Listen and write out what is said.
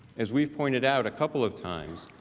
as we pointed out a couple of times.